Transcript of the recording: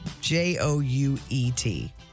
J-O-U-E-T